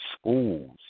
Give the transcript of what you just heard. schools